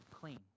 clean